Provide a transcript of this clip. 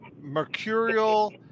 mercurial